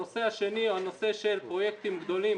הנושא השני הוא הנושא של פרויקטים גדולים,